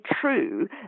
true